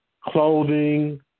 clothing